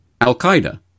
Al-Qaeda